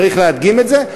צריך להדגים את זה,